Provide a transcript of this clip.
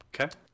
okay